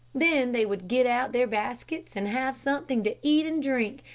then they would get out their baskets and have something to eat and drink,